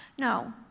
No